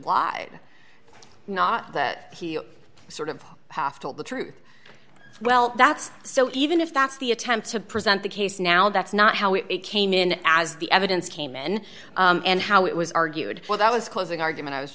why not that he sort of half told the truth well that's so even if that's the attempt to present the case now that's not how it came in as the evidence came in and how it was argued that was closing argument i was